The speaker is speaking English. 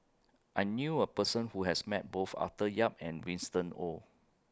I knew A Person Who has Met Both Arthur Yap and Winston Oh